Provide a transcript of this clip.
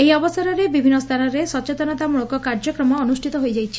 ଏହି ଅବସରରେ ବିଭିନ୍ତ ସ୍ରାନରେ ସଚେତନତାମୂଳକ କାର୍ଯ୍ୟକ୍ରମ ଅନୁଷ୍ଠିତ ହେଉଛି